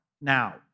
now